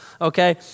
Okay